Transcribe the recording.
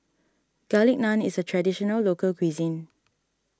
Garlic Naan is a Traditional Local Cuisine